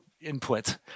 input